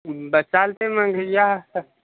बसाल ते मग या